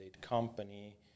company